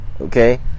Okay